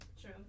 True